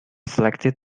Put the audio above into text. selected